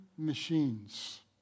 machines